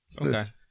Okay